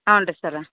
ಹಾಂ ರೀ ಸರ್